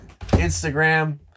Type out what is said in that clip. Instagram